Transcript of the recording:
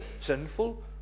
sinful